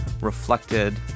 reflected